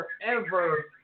forever